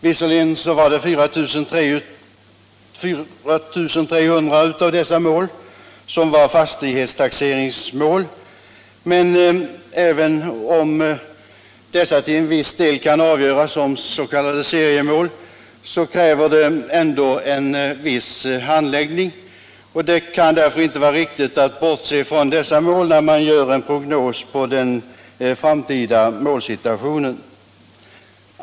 Visserligen var 4 300 av dessa mål fastighetstaxeringsmål, men även om dessa till viss del kan avgöras som s.k. seriemål kräver de ändå en viss handläggning. Det kan därför inte vara riktigt att bortse från dessa mål när man gör en prognos om den framtida målsituationen.